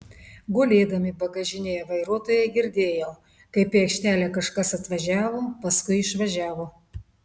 gulėdami bagažinėje vairuotojai girdėjo kaip į aikštelę kažkas atvažiavo paskui išvažiavo